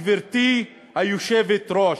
גברתי היושבת-ראש.